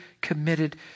committed